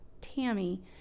tammy